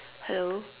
hello